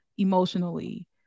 emotionally